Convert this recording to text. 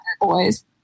boys